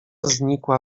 znikła